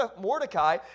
Mordecai